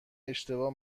اشتباه